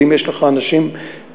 ואם יש לך אנשים נקודתיים,